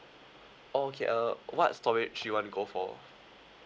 oh okay uh what storage you wanna go for